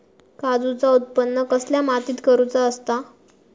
काजूचा उत्त्पन कसल्या मातीत करुचा असता?